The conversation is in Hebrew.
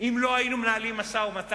אם לא היינו מנהלים משא-ומתן,